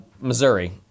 Missouri